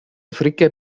fricke